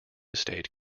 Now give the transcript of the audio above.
state